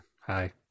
hi